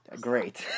Great